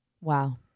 Wow